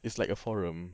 it's like a forum